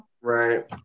Right